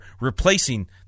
replacing